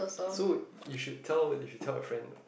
so you should tell you should tell a friend